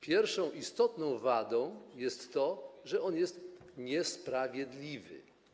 Pierwszą istotną wadą jest to, że jest on niesprawiedliwy.